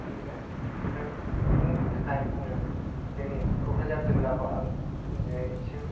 बिदिनो ओमफ्राय बिदिनि थाखाय आङो जोंनि कक्राझार जिल्लाखौ आं दिनैसिम